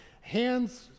hands